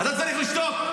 אתה צריך לשתוק.